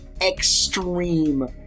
extreme